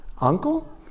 uncle